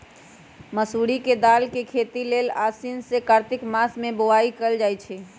मसूरी के दाल के खेती लेल आसीन से कार्तिक मास में बोआई कएल जाइ छइ